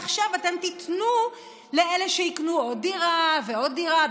עכשיו אתם תיתנו לאלה שיקנו עוד דירה ועוד דירה,